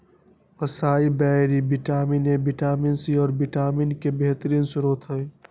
acai berry vitamin A, vitamin C, और vitamin E के बेहतरीन स्त्रोत हई